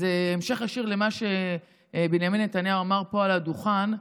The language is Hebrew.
בהמשך ישיר למה שבנימין נתניהו אמר פה על הדוכן,